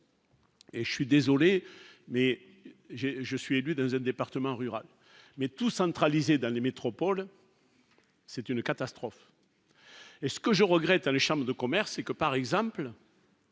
Et je suis désolé mais j'ai, je suis élu dans un département rural mais tout centraliser dans les métropoles. C'est une catastrophe. Et ce que je regrette, a les chambres de commerce et que par exemple.